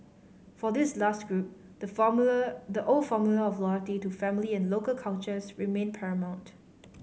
for this last group the formula the old formula of loyalty to family and local cultures remained paramount